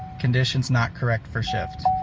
conditions not correct for shift